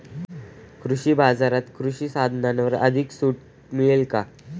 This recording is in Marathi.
कृषी बाजारात कृषी साधनांवर अधिक सूट मिळेल का?